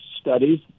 studies